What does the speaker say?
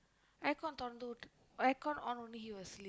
aircon திறந்துவிட்டு:thirandthuvitdu aircon on only he will sleep